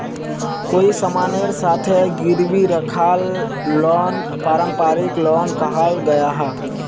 कोए सामानेर साथे गिरवी राखाल लोन पारंपरिक लोन कहाल गयाहा